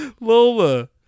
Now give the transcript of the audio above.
Lola